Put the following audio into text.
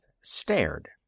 stared